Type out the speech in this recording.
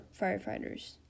firefighters